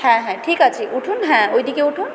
হ্যাঁ হ্যাঁ ঠিক আছে উঠুন হ্যাঁ ওইদিকে উঠুন